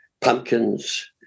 pumpkins